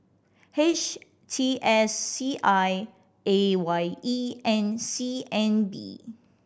H T S C I A Y E and C N B